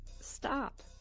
Stop